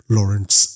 Lawrence